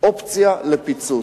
אופציה לפיצוץ,